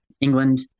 England